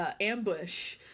ambush